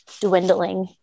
dwindling